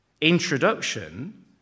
introduction